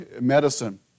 medicine